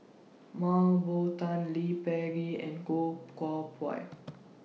Mah Bow Tan Lee Peh Gee and Goh Koh Pui